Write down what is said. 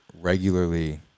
regularly